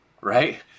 right